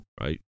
right